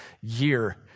year